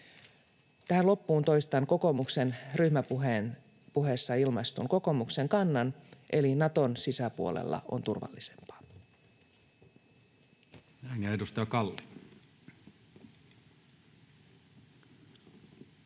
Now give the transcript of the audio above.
Tähän loppuun toistan kokoomuksen ryhmäpuheessa ilmaistun kokoomuksen kannan: Naton sisäpuolella on turvallisempaa.